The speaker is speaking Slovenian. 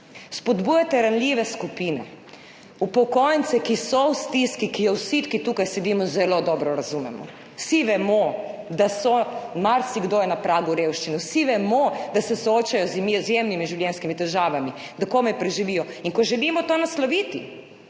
Spodbujate ranljive skupine, upokojence, ki so v stiski, ki jo vsi, ki tukaj sedimo, zelo dobro razumemo, vsi vemo, da so, marsikdo je na pragu revščine, vsi vemo, da se soočajo z izjemnimi življenjskimi težavami, da komaj preživijo, in ko želimo to nasloviti,